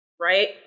right